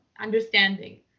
understanding